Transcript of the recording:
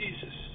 Jesus